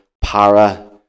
para